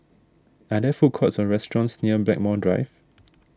are there food courts or restaurants near Blackmore Drive